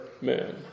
man